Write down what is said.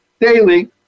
daily